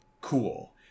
cool